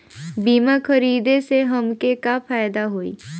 बीमा खरीदे से हमके का फायदा होई?